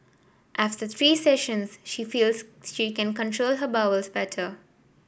after three sessions she feels she can control her bowels better